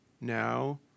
now